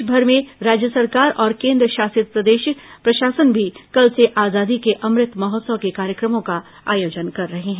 देशभर में राज्य सरकार और केंद्रशासित प्रदेश प्रशासन भी कल से आजादी के अमृत महोत्सव के कार्यक्रमों का आयोजन कर रहे हैं